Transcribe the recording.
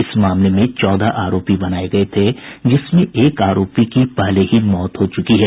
इस मामले में चौदह आरोपी बनाये गये थे जिसमें से एक आरोपी की पहले ही मौत हो चूकी है